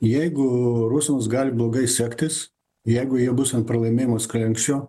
jeigu rusams gali blogai sektis jeigu jie bus ant pralaimėjimo slenksčio